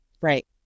Right